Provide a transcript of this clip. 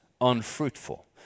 unfruitful